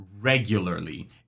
regularly